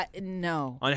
no